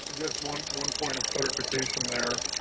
just one one point of clarification there.